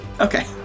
Okay